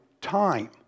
time